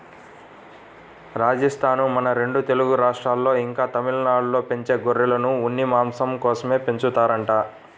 రాజస్థానూ, మన రెండు తెలుగు రాష్ట్రాల్లో, ఇంకా తమిళనాడులో పెంచే గొర్రెలను ఉన్ని, మాంసం కోసమే పెంచుతారంట